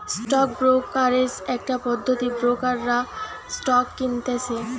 stock brokerage একটা পদ্ধতি ব্রোকাররা স্টক কিনতেছে